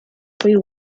free